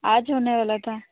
आज होने वाला था